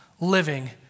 living